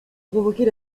provoquer